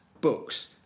books